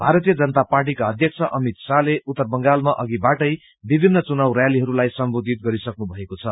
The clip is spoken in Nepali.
भारतीय जनता पार्टीका अध्यक्ष अमित शाहले उत्तर बंगालमा अधिबाटै विभिन्न चुनाव रैलीहरूलाई सम्बोधित गरिसक्नु भएको छ